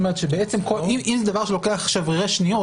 אם זה דבר שלוקח שניות,